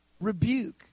rebuke